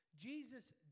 Jesus